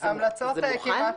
ההמלצות --- זה מוכן?